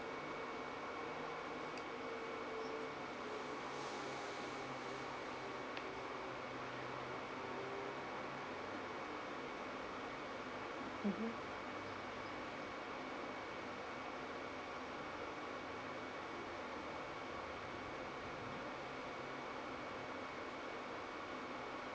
mmhmm